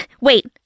wait